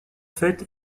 fêtes